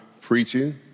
preaching